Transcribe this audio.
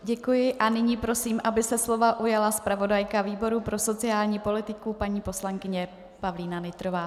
Děkuji a nyní prosím, aby se slova ujala zpravodajka výboru pro sociální politiku paní poslankyně Pavlína Nytrová.